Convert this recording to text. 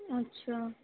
ਅੱਛਾ